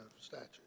statute